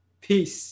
peace